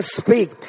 speak